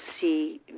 see